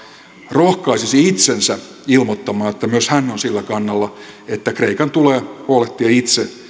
rohkaisisi itsensä ilmoittamaan että myös hän on sillä kannalla että kreikan tulee huolehtia itse